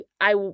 I-